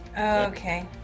okay